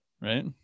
right